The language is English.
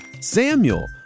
Samuel